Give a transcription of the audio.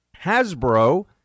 Hasbro